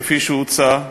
כפי שהוצע,